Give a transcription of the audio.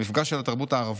המפגש של התרבות הערבית,